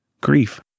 grief